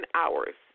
hours